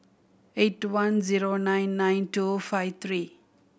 eight two one zero nine nine two five three